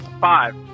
Five